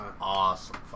awesome